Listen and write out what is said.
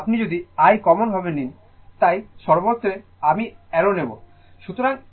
সুতরাং আপনি যদি I কমন ভাবে নেন তাই সর্বত্রে আমি অ্যারো নেব না